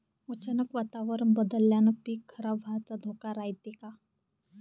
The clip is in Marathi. अचानक वातावरण बदलल्यानं पीक खराब व्हाचा धोका रायते का?